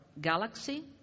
Galaxy